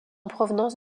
provenance